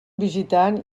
visitant